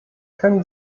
können